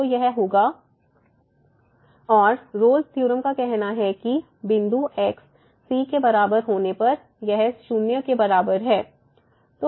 ϕxfx fb fagb gagx और Rolle's theorem Rolle's theorem का कहना है कि बिंदु x c के बराबर होने पर यह 0 के बराबर है